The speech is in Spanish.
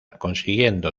consiguiendo